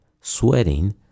sweating